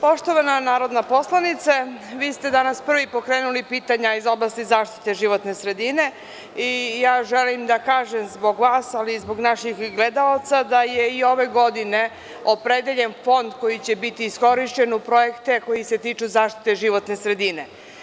Poštovana narodna poslanice, vi ste danas prvi pokrenuli pitanja iz oblasti zaštite životne sredine i ja želim da kažem zbog vas, ali i zbog naših gledalaca, da je i ove godine opredeljen fond koji će biti iskorišćen u projekte koji se tiču zaštite životne sredine.